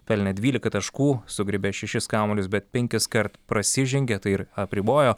pelnė dvylika taškų sugriebė šešis kamuolius bet penkiskart prasižengė ir apribojo